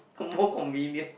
con~ more convenient